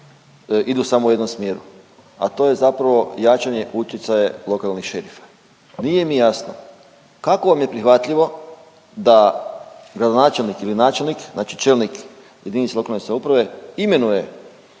idu samo u jednom mjeru, a to je zapravo jačanje utjecaja lokalnih šerifa. Nije mi jasno kako vam je prihvatljivo da gradonačelnik ili načelnik, znači čelnik jedinice lokalne samouprave imenuje